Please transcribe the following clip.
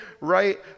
right